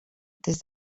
des